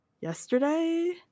yesterday